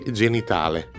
genitale